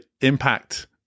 impact